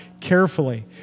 carefully